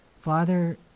Father